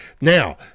Now